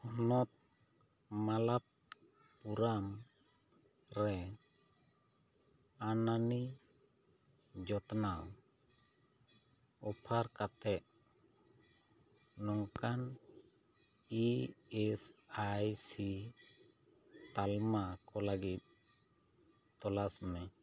ᱦᱚᱱᱚᱛ ᱢᱟᱞᱚᱯᱯᱩᱨᱟᱢ ᱨᱮ ᱤᱭᱩᱱᱟᱱᱤ ᱡᱚᱛᱚᱱᱟᱣ ᱚᱯᱷᱟᱨ ᱠᱟᱛᱮ ᱱᱚᱝᱠᱟ ᱤ ᱮᱥ ᱟᱭ ᱥᱤ ᱛᱟᱞᱢᱟ ᱠᱚ ᱞᱟᱹᱜᱤᱫ ᱛᱚᱞᱟᱥ ᱢᱮ